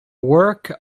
work